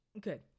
Good